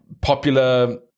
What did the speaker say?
popular